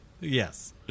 Yes